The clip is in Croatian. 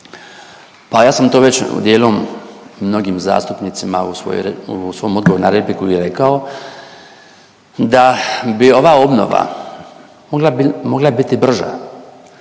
pa ja sam to već dijelom, mnogim zastupnicima u svojoj, u svom odgovoru na repliku i rekao da bi ova obnova mogla biti brža